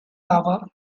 lava